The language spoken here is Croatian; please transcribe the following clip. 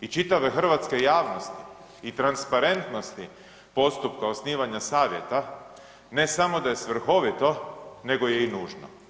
i čitave hrvatske javnosti i transparentnosti postupka osnivanja savjeta, ne samo da je svrhovito nego je i nužno.